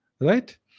Right